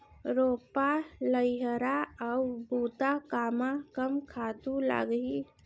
रोपा, लइहरा अऊ बुता कामा कम खातू लागही?